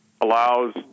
allows